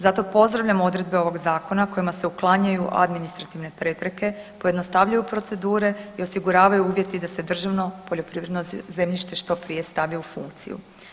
Zato pozdravljam odredbe ovog zakona kojima se uklanjaju administrativne prepreke, pojednostavljuju procedure i osiguravaju uvjeti da se državno poljoprivredno zemljište što prije stavi u funkciju.